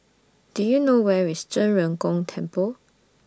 Do YOU know Where IS Zhen Ren Gong Temple